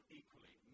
equally